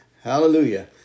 Hallelujah